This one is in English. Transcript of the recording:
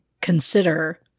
consider